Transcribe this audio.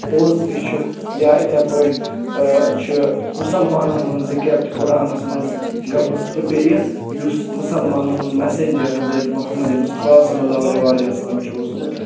پوٚز تہِ چھِ یا اِتھٕے پٲٹھۍ چھِ مُسلمانن ہٕنٛز ذکر تہِ قُرانَس منٛز گٔمٕژ تہٕ بیٚیہِ یُس مُسلمانن ہُنٛد میسینجر حضرت محمد مُصطفیٰ صلی اللہ علیہِ و عالہ وسلم چھُ اوسمُت